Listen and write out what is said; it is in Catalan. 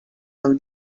del